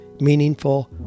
meaningful